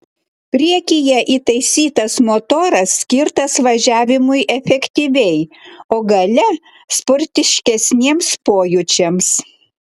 priekyje įtaisytas motoras skirtas važiavimui efektyviai o gale sportiškesniems pojūčiams